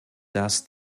dass